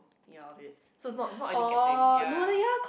ya of it so it's not it's not any guessing ya